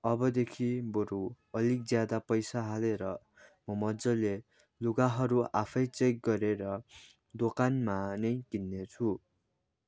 अबदेखि बरु अलिक ज्यादा पैसा हालेर म मजाले लुगाहरू आफै चेक गरेर दोकानमा नै किन्ने छु